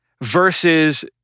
versus